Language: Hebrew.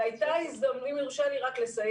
אם יורשה לי רק לסיים.